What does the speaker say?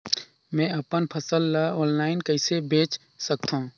मैं अपन फसल ल ऑनलाइन कइसे बेच सकथव?